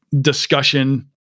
discussion